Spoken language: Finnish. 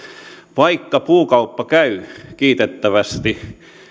vaikka puukauppa käy kiitettävästi